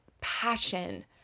passion